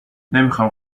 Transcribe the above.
نمیخام